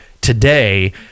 today